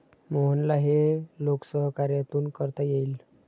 मोहनला हे लोकसहकार्यातून करता येईल